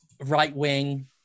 right-wing